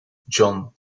john